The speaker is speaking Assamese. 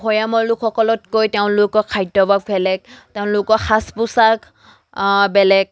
ভৈয়ামৰ লোকসকলতকৈ তেওঁলোকৰ খাদ্যভাস বেলেগ তেওঁলোকৰ সাজ পোচাক বেলেগ